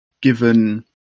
given